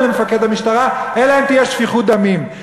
למפקד המשטרה אלא אם תהיה שפיכות דמים?